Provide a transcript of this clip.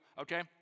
okay